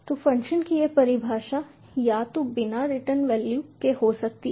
तो फ़ंक्शन की यह परिभाषा या तो बिना रिटर्न वैल्यू के हो सकती है